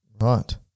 Right